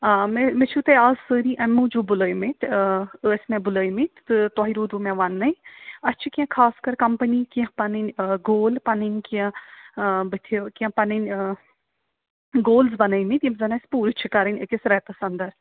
آ مےٚ مےٚ چھُو تُہۍ اَز سٲری اَمہِ موٗجوٗب بُلٲومٕتۍ ٲسۍ مےٚ بُلٲومٕتۍ تہٕ تۄہہِ روٗدوٕ مےٚ وَننَے اَسہِ چھِ کیٚنٛہہ خاص کَر کَمپٔنی کیٚنٛہہ پَنٕنۍ گول پَنٕنۍ کیٚنٛہہ بُتھِ کیٚنٛہہ پَنٕنۍ گولٕز بَنٲومٕتۍ یِم زَن اَسہِ پوٗرٕ چھِ کَرٕنۍ أکِس رٮ۪تَس اَنٛدر